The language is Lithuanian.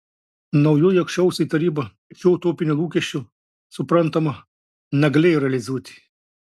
naujoji aukščiausioji taryba šio utopinio lūkesčio suprantama negalėjo realizuoti